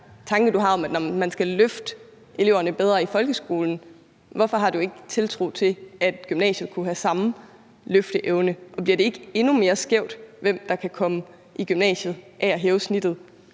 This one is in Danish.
at man skal løfte eleverne bedre i folkeskolen, hvorfor har du så ikke tiltro til, at gymnasiet kunne have samme løfteevne? Og bliver det ikke endnu mere skævt, hvem der kan komme i gymnasiet, hvis man hæver snittet?